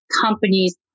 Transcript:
companies